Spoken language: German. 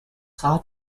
rad